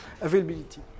availability